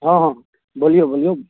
हँ हँ बोलिऔ बोलिऔ